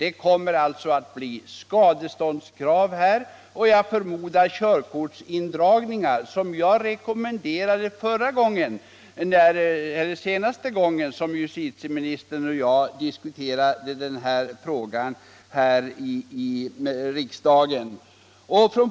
Det kommer alltså att bli skadeståndskrav och jag förmodar körkortsindragningar, vilket jag rekommenderade den senaste gången som justitieministern och jag diskuterade denna fråga här i riksdagen.